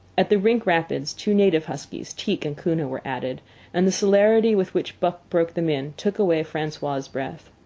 at the rink rapids two native huskies, teek and koona, were added and the celerity with which buck broke them in took away francois's breath.